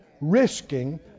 risking